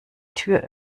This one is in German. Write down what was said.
tür